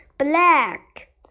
Black